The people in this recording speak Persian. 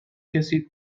کسی